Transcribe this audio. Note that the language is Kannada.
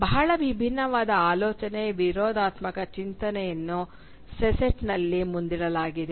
ಬಹಳ ವಿಭಿನ್ನವಾದ ಆಲೋಚನೆ ವಿರೋಧಾತ್ಮಕ ಚಿಂತನೆಯನ್ನು ಸೆಸ್ಟೆಟ್ ನಲ್ಲಿ ಮುಂದಿಡಲಾಗಿದೆ